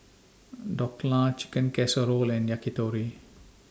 Dhokla Chicken Casserole and Yakitori